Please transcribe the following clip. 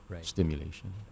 stimulation